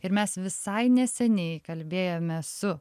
ir mes visai neseniai kalbėjomės su